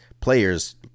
players